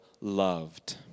loved